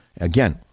Again